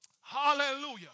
Hallelujah